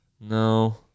No